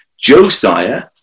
Josiah